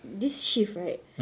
this shift right